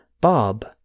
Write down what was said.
bob